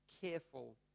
careful